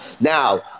now